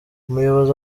umuyobozi